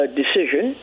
decision